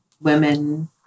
women